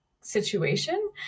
situation